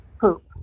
poop